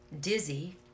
dizzy